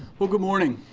well, good morning.